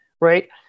right